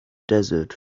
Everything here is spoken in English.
desert